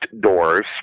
doors